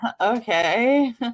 okay